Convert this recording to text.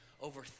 over